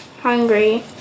hungry